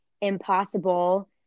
impossible